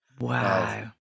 Wow